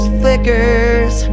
flickers